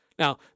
Now